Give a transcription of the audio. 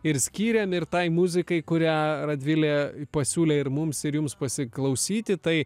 ir skyrėm ir tai muzikai kurią radvilė pasiūlė ir mums ir jums pasiklausyti tai